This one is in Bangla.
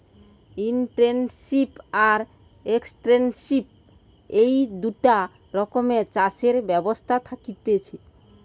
ইনটেনসিভ আর এক্সটেন্সিভ এই দুটা রকমের চাষের ব্যবস্থা থাকতিছে